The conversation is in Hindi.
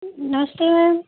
नमस्ते मैम